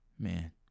man